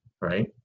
right